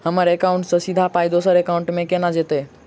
हम्मर एकाउन्ट सँ सीधा पाई दोसर एकाउंट मे केना जेतय?